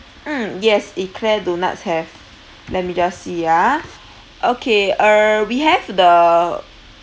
mm yes eclair doughnuts have let me just see ah okay uh we have the